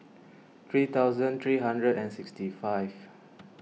three thousand three hundred and sixty five